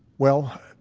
well,